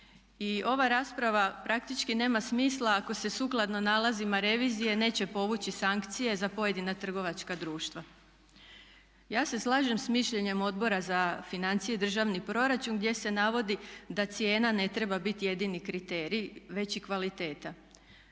I ova rasprava praktički nema smisla ako se sukladno nalazima revizije neće povući sankcije za pojedina trgovačka društva. Ja se slažem s mišljenjem Odbora za financije i državni proračun gdje se navodi da cijena ne treba biti jedini kriterij već i kvaliteta.